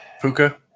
Puka